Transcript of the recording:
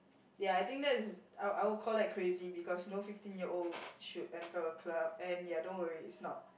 ya I think that's I'll I'll call that crazy because no fifteen year old would should enter a club and ya don't worry it's not